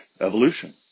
evolution